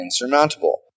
insurmountable